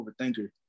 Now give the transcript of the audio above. overthinker